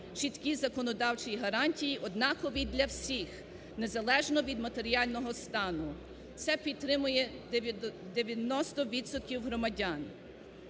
чіткі законодавчі гарантії однакові для всіх незалежно від матеріального стану. Це підтримує 90 відсотків